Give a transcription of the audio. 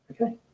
Okay